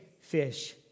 fish